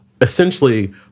essentially